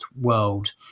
world